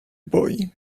boy